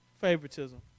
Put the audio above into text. favoritism